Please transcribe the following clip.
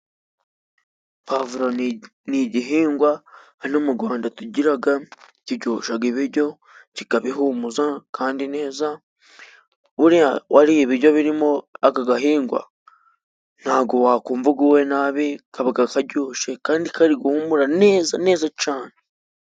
Pavuro ni igihingwa hano mu Gwanda tugiraga kiryoshaga ibiryo kikabihumuza. Kandi neza buriya wariye ibiryo birimo aka gahingwa, ntago wakumva uguwe nabi. Kabaga karyoshe kandi kari guhumura neza neza cane!